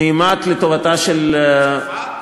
נעמד לטובתה של, בצרפת?